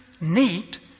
neat